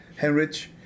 Henrich